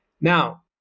Now